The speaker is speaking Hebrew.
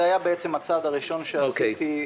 זה היה הצעד הראשון שעשיתי,